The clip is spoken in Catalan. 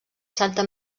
santa